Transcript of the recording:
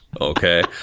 Okay